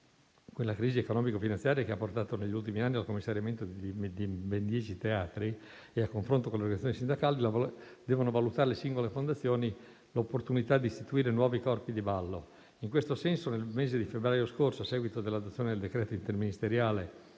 con la crisi economico-finanziaria che ha portato negli ultimi anni al commissariamento di ben dieci teatri e al confronto con le organizzazioni sindacali, devono valutare singolarmente l'opportunità di istituire nuovi corpi di ballo. In questo senso, nel mese di febbraio scorso, a seguito dell'adozione del decreto interministeriale